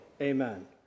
Amen